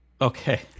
Okay